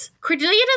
Cordelia